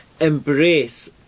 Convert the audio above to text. embrace